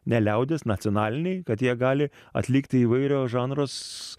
ne liaudies nacionaliniai kad jie gali atlikti įvairios žanras